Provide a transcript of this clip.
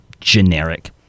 generic